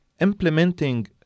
implementing